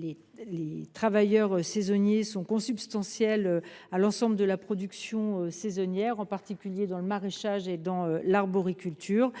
Les travailleurs saisonniers sont consubstantiels à l'ensemble de la production saisonnière, en particulier pour le maraîchage ou l'arboriculture.